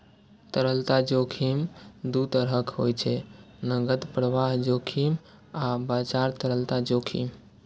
तरलता जोखिम दू तरहक होइ छै, नकद प्रवाह जोखिम आ बाजार तरलता जोखिम